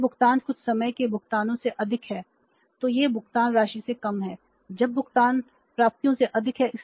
यदि भुगतान कुछ समय के भुगतानों से अधिक हैं तो यह भुगतान राशि से कम है जब भुगतान प्राप्तियों से अधिक है